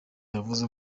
yavuze